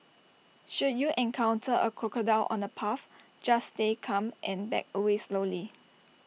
should you encounter A crocodile on the path just stay calm and back away slowly